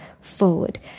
forward